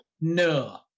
No